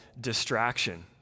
distraction